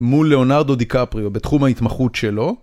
מול לאונרדו דיקפריו בתחום ההתמחות שלו.